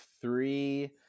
three